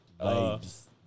Vibes